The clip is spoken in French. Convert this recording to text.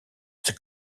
the